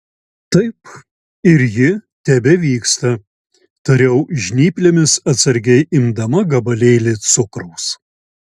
taip ir ji tebevyksta tariau žnyplėmis atsargiai imdama gabalėlį cukraus